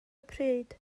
pryd